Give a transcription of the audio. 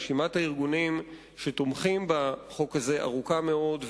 רשימת הארגונים שתומכים בחוק הזה ארוכה מאוד,